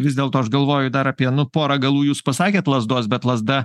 vis dėlto aš galvoju dar apie nu porą galų jūs pasakėt lazdos bet lazda